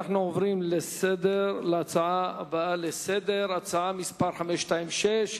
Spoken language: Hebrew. אנחנו עוברים להצעה הבאה לסדר-היום, הצעה מס' 526: